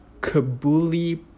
Kabuli